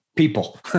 people